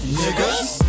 niggas